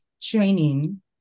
training